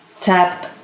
tap